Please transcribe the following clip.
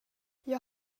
jag